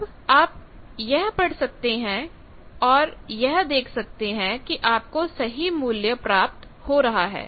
अब आप यह पढ़ सकते हैं और यह देख सकते हैं कि आपको सही मूल्य प्राप्त हो रहा है